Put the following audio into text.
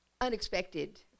unexpected